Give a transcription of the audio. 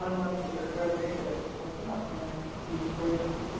হয় মই ফটোগ্ৰাফাৰজনেই কৈ আছোঁ কওকচোন আপোনাৰ কি প্ৰয়োজন আছিল